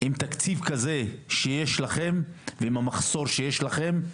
עם תקציב כזה שיש לכם, ועם המחסור שיש לכם,